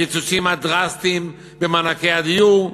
הקיצוצים הדרסטיים במענקי הדיור.